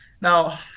now